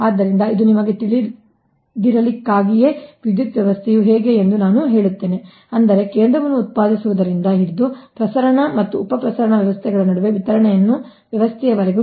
ಆದ್ದರಿಂದ ಇದು ನಿಮಗೆ ತಿಳಿದಿರಲಿಕ್ಕಾಗಿಯೇ ವಿದ್ಯುತ್ ವ್ಯವಸ್ಥೆಯು ಹೇಗೆ ಎಂದು ನಾನು ಹೇಳುತ್ತೇನೆ ಅಂದರೆ ಕೇಂದ್ರವನ್ನು ಉತ್ಪಾದಿಸುವುದರಿಂದ ಹಿಡಿದು ಪ್ರಸರಣ ಮತ್ತು ಉಪ ಪ್ರಸರಣ ವ್ಯವಸ್ಥೆಗಳ ನಡುವಿನ ವಿತರಣಾ ವ್ಯವಸ್ಥೆಯವರೆಗೆ